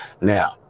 Now